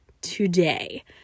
today